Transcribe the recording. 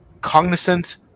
cognizant